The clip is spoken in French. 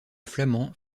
flamand